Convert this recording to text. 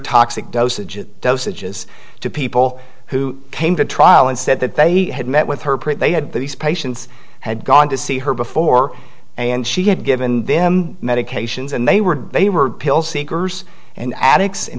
toxic dosages dosages to people who came to trial and said that they had met with her print they had these patients had gone to see her before and she had given them medications and they were they were pill seekers and addicts